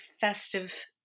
festive